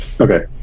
Okay